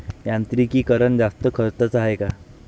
यांत्रिकीकरण जास्त खर्चाचं हाये का?